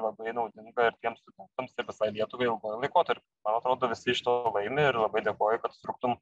labai naudinga ir tiems studentams ir visai lietuvai ilguoju laikotarpiu man atrodo visi iš to laimi ir labai dėkoju kad struktum